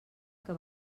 que